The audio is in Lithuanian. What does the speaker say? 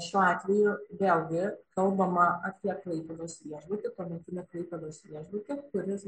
šiuo atveju vėlgi kalbama apie klaipėdos viešbutį tuometinį klaipėdos viešbutį kuris